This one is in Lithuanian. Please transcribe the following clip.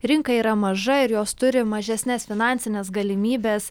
rinka yra maža ir jos turi mažesnes finansines galimybes